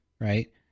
right